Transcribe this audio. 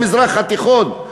במזרח התיכון,